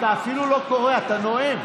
אתה אפילו לא קורא, אתה נואם.